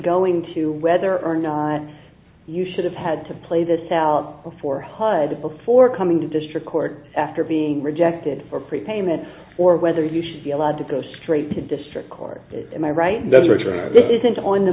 going to whether or not you should have had to play this out before hud before coming to district court after being rejected or prepayment or whether you should be allowed to go straight to district court am i right does richard this isn't on the